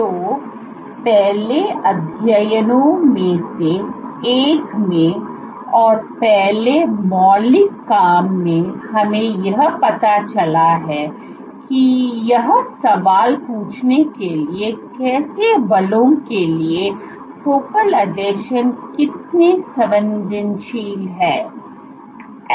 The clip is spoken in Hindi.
तो पहले अध्ययनों में से एक में और पहले मौलिक काम में हमें यह पता चला है कियहा सवाल पूछने के लिए कैसे बलों के लिए फोकल आसंजन कितने संवेदनशील हैं